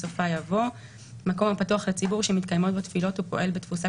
בסופה יבוא: "(6) מקום הפתוח לציבור שמתקיימות בו תפילות ופועל בתפוסה